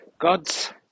gods